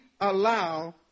allow